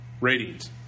ratings